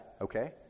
Okay